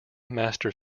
master